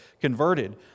converted